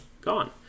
gone